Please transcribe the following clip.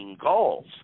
goals